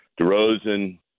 DeRozan